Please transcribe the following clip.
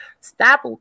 Stop